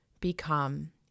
become